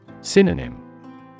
Synonym